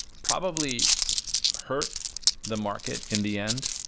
probably hurt the market in the end,